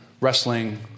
wrestling